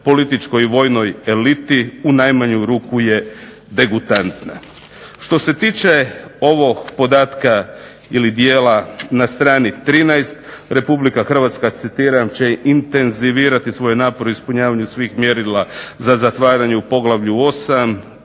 političkoj vojnoj eliti, u najmanju ruku je degutantna. Što se tiče ovog dijela na str. 13 "RH će intenzivirati svoje napore u ispunjavanju svih mjerila za zatvaranje u poglavlju 8